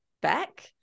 back